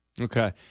Okay